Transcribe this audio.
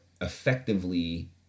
effectively